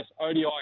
ODI